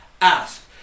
ask